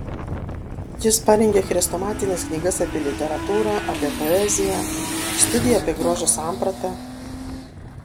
jis parengė chrestomatines knygas apie literatūrą apie poeziją studiją apie grožio sampratą